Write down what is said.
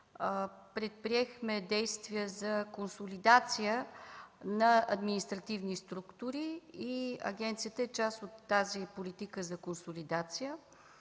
предприехме действия за консолидация на административни структури и агенцията е част от тази политика за консолидация.